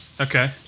Okay